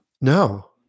No